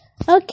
Okay